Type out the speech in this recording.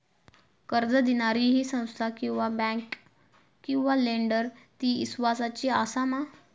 कर्ज दिणारी ही संस्था किवा बँक किवा लेंडर ती इस्वासाची आसा मा?